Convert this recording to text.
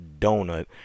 donut